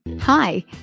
Hi